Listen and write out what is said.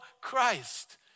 Christ